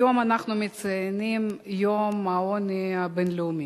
היום אנחנו מציינים את יום העוני הבין-לאומי.